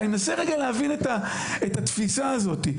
אני מנסה רגע להבין את התפיסה הזאת.